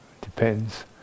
depends